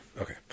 Okay